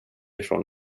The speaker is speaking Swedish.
ifrån